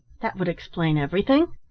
that would explain everything.